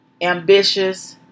ambitious